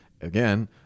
again